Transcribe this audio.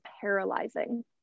paralyzing